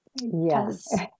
Yes